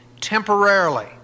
temporarily